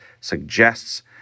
suggests